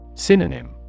Synonym